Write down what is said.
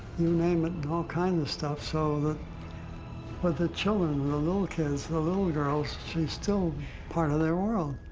you name it, all kinds of stuff, so the but the children, the little kids, the little girls, she's still part of their world.